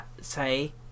say